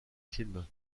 films